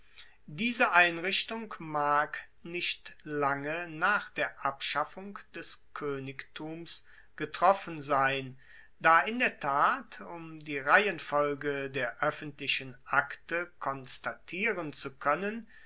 diese einrichtung mag nicht lange nach der abschaffung des koenigtums getroffen sein da in der tat um die reihenfolge der oeffentlichen akte konstatieren zu koennen